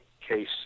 case